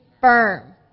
firm